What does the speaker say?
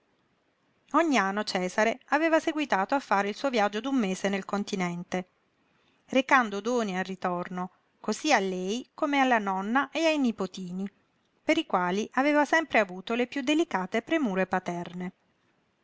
ogni anno cesare aveva seguitato a fare il suo viaggio d'un mese nel continente recando doni al ritorno cosí a lei come alla nonna e ai nipotini per i quali aveva sempre avuto le piú delicate premure paterne